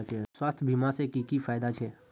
स्वास्थ्य बीमा से की की फायदा छे?